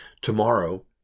Tomorrow